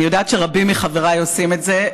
אני יודעת שרבים מחבריי עושים את זה.